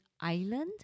island